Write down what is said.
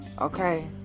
okay